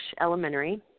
Elementary